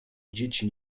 dzieci